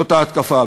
זאת ההתקפה.